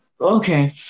Okay